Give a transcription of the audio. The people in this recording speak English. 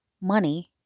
money